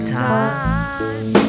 time